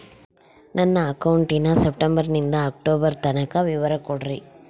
ನನ್ನ ಅಕೌಂಟಿನ ಸೆಪ್ಟೆಂಬರನಿಂದ ಅಕ್ಟೋಬರ್ ತನಕ ವಿವರ ಕೊಡ್ರಿ?